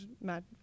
Mad